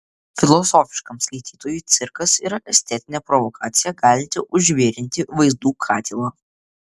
filosofiškam skaitytojui cirkas yra estetinė provokacija galinti užvirinti vaizdų katilą